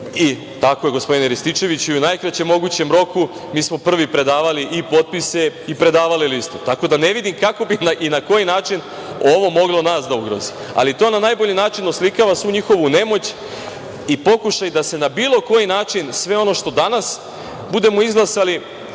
brojem članova i u najkraćem mogućem roku mi smo prvi predavali i potpise i liste. Tako da, ne vidim kako bi i na koji način ovo moglo nas da ugrozi. Ali, to na najbolji način oslikava svu njihovu nemoć i pokušaj da se na bilo koji način sve ono što danas budemo izglasali